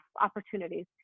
opportunities